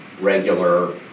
regular